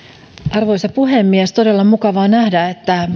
arvoisa puhemies todella mukavaa nähdä että